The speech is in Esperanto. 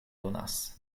donas